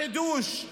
אחרון.